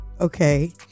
okay